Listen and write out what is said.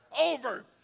over